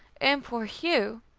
and poor hugh!